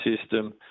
system